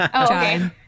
okay